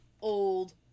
old